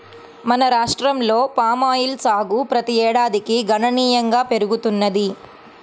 మన రాష్ట్రంలో పామాయిల్ సాగు ప్రతి ఏడాదికి గణనీయంగా పెరుగుతున్నది